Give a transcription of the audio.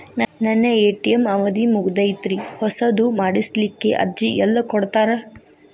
ನನ್ನ ಎ.ಟಿ.ಎಂ ಅವಧಿ ಮುಗದೈತ್ರಿ ಹೊಸದು ಮಾಡಸಲಿಕ್ಕೆ ಅರ್ಜಿ ಎಲ್ಲ ಕೊಡತಾರ?